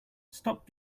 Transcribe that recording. stop